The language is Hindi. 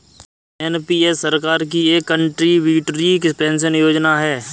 एन.पी.एस सरकार की एक कंट्रीब्यूटरी पेंशन योजना है